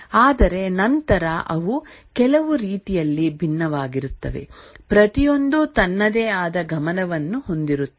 ಆದರೆ ನಂತರ ಅವು ಕೆಲವು ರೀತಿಯಲ್ಲಿ ಭಿನ್ನವಾಗಿರುತ್ತವೆ ಪ್ರತಿಯೊಂದೂ ತನ್ನದೇ ಆದ ಗಮನವನ್ನು ಹೊಂದಿರುತ್ತದೆ